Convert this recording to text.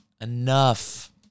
Enough